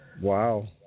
Wow